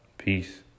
Peace